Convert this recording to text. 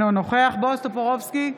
אינו נוכח בועז טופורובסקי,